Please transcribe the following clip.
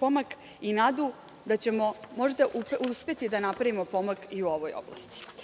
pomak i nadu da ćemo možda uspeti da napravimo pomak i u ovoj oblasti.